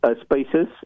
spaces